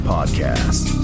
Podcast